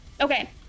Okay